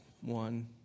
one